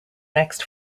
next